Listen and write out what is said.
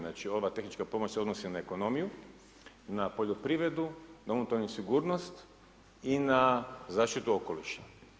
Znači ova tehnička pomoć se odnosi na ekonomiju, na poljoprivredu, na unutarnju sigurnost i na zaštitu okoliša.